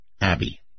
Abby